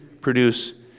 produce